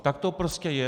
Tak to prostě je.